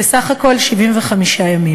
ובסך הכול 75 ימים.